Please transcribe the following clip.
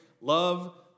Love